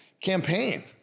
campaign